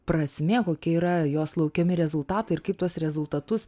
prasmė kokie yra jos laukiami rezultatai ir kaip tuos rezultatus